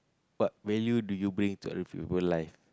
what value do you bring to other people life